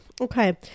okay